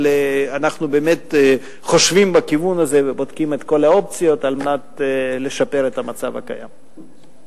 אנחנו בודקים מחדש מהם תחומי האחריות ומה הפונקציות של גוף מסוג זה,